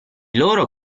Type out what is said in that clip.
loro